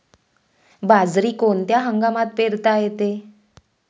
बाजरी कोणत्या हंगामात पेरता येते?